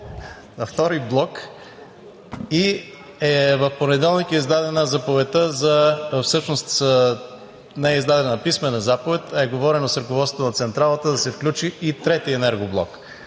на втори блок и в понеделник е издадена заповедта. Всъщност не е издадена писмена заповед, а е говорено с ръководството на централата да се включи и трети енергоблок.